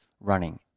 running